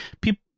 people